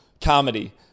comedy